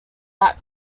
that